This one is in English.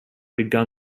begun